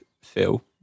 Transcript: Phil